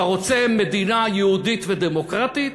אתה רוצה מדינה יהודית ודמוקרטית